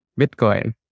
Bitcoin